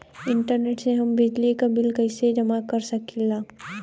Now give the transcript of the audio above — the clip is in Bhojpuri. इंटरनेट से हम बिजली बिल कइसे जमा कर सकी ला?